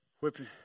whipping